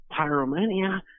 pyromania